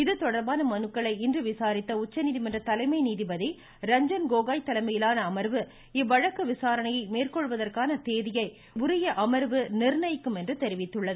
இதுதொடர்பான மனுக்களை இன்று விசாரித்த உச்சநீதிமன்ற தலைமை நீதிபதி ரஞ்சன் கோகோய் தலைமையிலான அமர்வு இவ்வழக்கு விசாரணையை மேற்கொள்வதற்கான தேதியை உரிய அமர்வு நிர்ணயிக்கும் என்று தெரிவித்தது